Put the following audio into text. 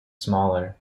smaller